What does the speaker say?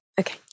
Okay